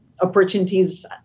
opportunities